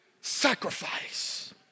sacrifice